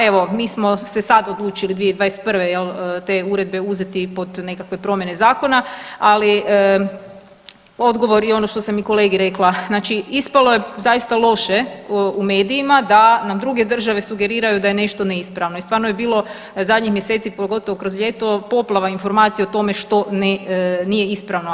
Evo, mi smo se sad odlučili 2021. jel te uredbe uzeti pod nekakve promjene zakona, ali odgovor i ono što sam i kolegi rekla, znači ispalo je zaista loše u medijima da nam druge države sugeriraju da je nešto neispravno i stvarno je bilo zadnjih mjeseci pogotovo kroz ljeto poplava informacija o tome što ne, nije ispravno.